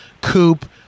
Coupe